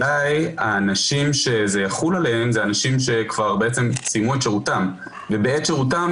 והאנשים שזה יחול עליהם הם אנשים שכבר סיימו את שירותם ובעת שירותם